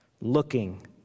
looking